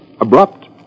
abrupt